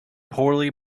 poorly